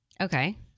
Okay